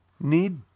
need